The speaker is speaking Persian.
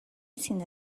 سینه